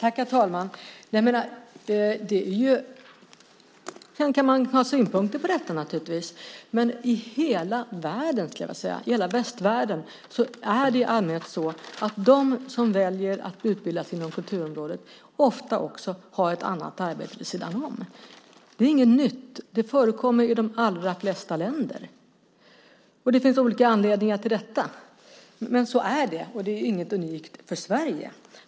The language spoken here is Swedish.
Herr talman! Man kan naturligtvis ha synpunkter på detta. I hela västvärlden är det i allmänhet så att de som väljer att utbilda sig inom kulturområdet också har ett arbete vid sidan om. Det är inte något nytt. Det förekommer i de allra flesta länder. Det finns olika anledningar till det, men så är det. Det är inte något unikt för Sverige.